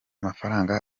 mafaranga